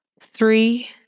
three